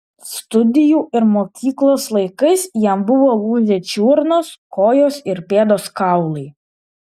studijų ir mokyklos laikais jam buvo lūžę čiurnos kojos ir pėdos kaulai